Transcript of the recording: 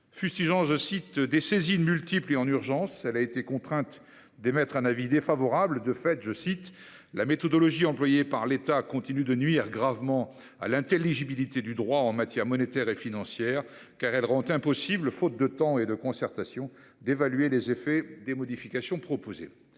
fustigeant des saisines multiples et en urgence. Elle a été contrainte d'émettre un avis défavorable sur ce texte, car « la méthodologie employée par l'État continue de nuire gravement à l'intelligibilité du droit en matière monétaire et financière, car elle rend impossible, faute de temps et de concertation, d'évaluer les effets des modifications proposées ».